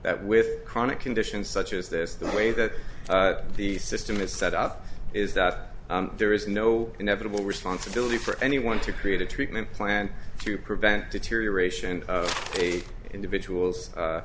that with chronic conditions such as this the way that the system is set up is that there is no inevitable responsibility for anyone to create a treatment plan to prevent deterioration of the individual's